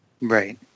right